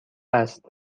است